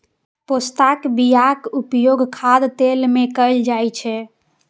पोस्ताक बियाक उपयोग खाद्य तेल मे कैल जाइ छै